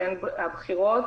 שהן הבכירות,